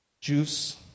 juice